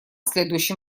следующим